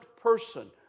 person